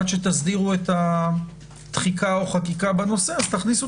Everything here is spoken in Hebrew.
עד שתסדירו את הדחיקה או חקיקה בנושא תכניסו